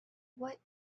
what